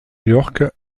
york